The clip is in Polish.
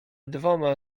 dwoma